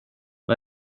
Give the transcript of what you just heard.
vad